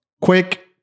quick